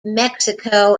mexico